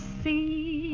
see